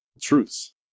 truths